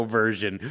version